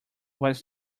was